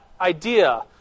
idea